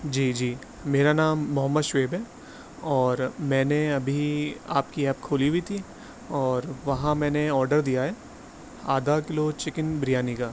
جی جی میرا نام محمد شعیب ہے اور میں نے ابھی آپ کی ایپ کھولی ہوئی تھی اور وہاں میں نے آڈر دیا ہے آدھا کلو چکن بریانی کا